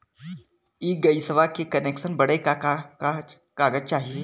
इ गइसवा के कनेक्सन बड़े का का कागज चाही?